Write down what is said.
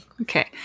Okay